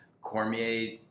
Cormier